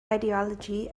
ideology